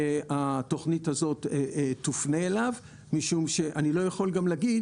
שהתוכנית הזאת תופנה אליו משום שאני לא יכול גם להגיד